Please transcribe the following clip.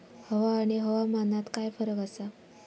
हवा आणि हवामानात काय फरक असा?